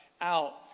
out